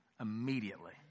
immediately